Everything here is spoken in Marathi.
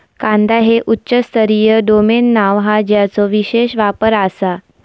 कांदा हे उच्च स्तरीय डोमेन नाव हा ज्याचो विशेष वापर आसा